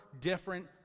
different